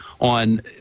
on